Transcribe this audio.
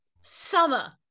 Summer